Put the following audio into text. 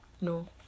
no